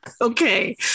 Okay